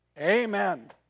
Amen